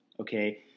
Okay